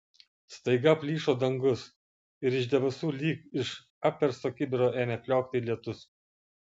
staiga plyšo dangus ir iš debesų lyg iš apversto kibiro ėmė kliokti lietus